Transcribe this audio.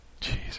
Jesus